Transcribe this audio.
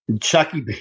Chucky –